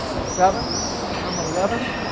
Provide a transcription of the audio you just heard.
seven come eleven,